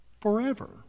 forever